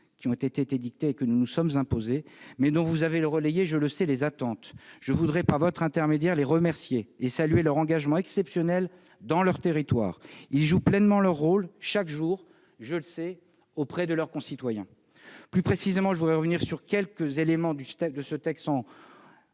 qui ont été édictées et que nous nous sommes imposées, mais dont vous avez relayé, je le sais, les attentes. Je voudrais, par votre intermédiaire, les remercier et saluer leur engagement exceptionnel dans leurs territoires. Ils jouent pleinement leur rôle, chaque jour, auprès de leurs concitoyens. Plus précisément, je voudrais, à la suite du président de la